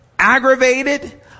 Aggravated